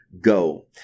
go